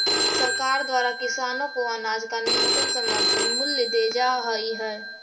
सरकार द्वारा किसानों को अनाज का न्यूनतम समर्थन मूल्य देल जा हई है